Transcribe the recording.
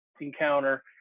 encounter